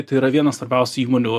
tai yra vienas svarbiausių įmonių